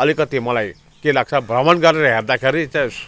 अलिकति मलाई के लाग्छ भ्रमण गरेर हेर्दाखेरि त